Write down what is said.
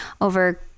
over